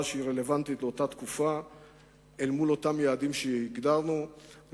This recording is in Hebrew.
שרלוונטית ליעדים שהגדרנו לאותה תקופה.